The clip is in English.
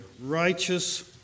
righteous